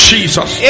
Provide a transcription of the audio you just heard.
Jesus